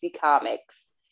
Comics